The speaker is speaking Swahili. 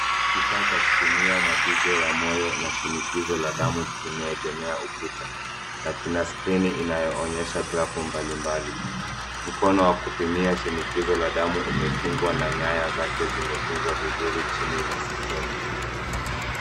Kifaa cha kupimia mapigo ya moyo na shinikizo la damu kimeegemea ukuta, na kina skrini inaonyesha grafu mbalimbali. Mkono wa kupimia shinikizo la damu umefungwa, na nyaya zake zimetunzwa vizuri chini ya skrini.